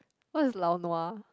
what is lao nua